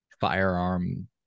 firearm